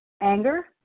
Anger